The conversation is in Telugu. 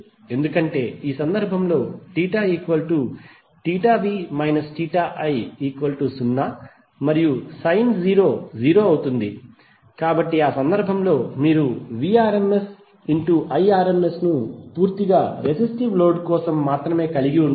ఎందుకంటే ఈ సందర్భంలో θv i0 మరియు సైన్ 0 0 అవుతుంది కాబట్టి ఆ సందర్భంలో మీరు Vrms Irms ను పూర్తిగా రెసిస్టివ్ లోడ్ కోసం మాత్రమే కలిగి ఉంటారు